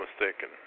mistaken